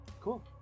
Cool